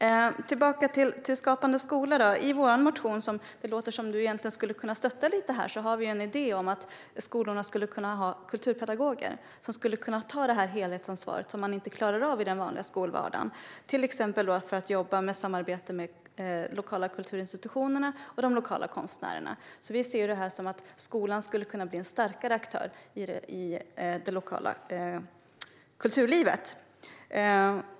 Jag vill gå tillbaka till Skapande skola. I vår motion, som det egentligen låter lite här som att du skulle kunna stötta, har vi en idé om att skolorna skulle kunna ha kulturpedagoger. De skulle kunna ta det helhetsansvar som man inte klarar av i den vanliga skolvardagen, till exempel för att samarbeta med de lokala kulturinstitutionerna och de lokala konstnärerna. Vi ser det här som att skolan skulle kunna bli en starkare aktör i det lokala kulturlivet.